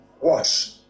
Watch